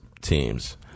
teams